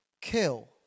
kill